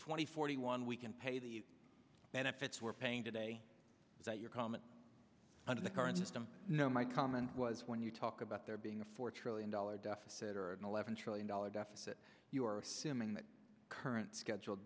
and forty one we can pay the benefits we're paying today that your comment under the current system no my comment was when you talk about there being a four trillion dollar deficit or an eleven trillion dollar deficit you are assuming the current schedule